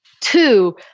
Two